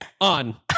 on